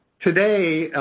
today,